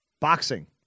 Boxing